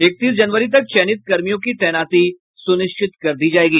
इकतीस जनवरी तक चयनित कर्मियों की तैनाती सुनिश्चित कर दी जायेगी